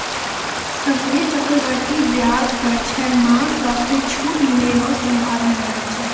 सभ्भे चक्रवृद्धि व्याज पर छौ मास वास्ते छूट मिलै रो सम्भावना रहै छै